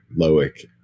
Loic